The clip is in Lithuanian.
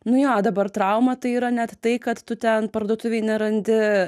nu jo dabar trauma tai yra net tai kad tu ten parduotuvėj nerandi